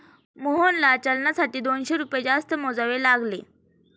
मोहनला चलनासाठी दोनशे रुपये जास्त मोजावे लागले